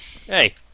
Hey